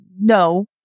no